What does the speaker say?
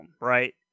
right